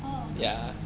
oh okay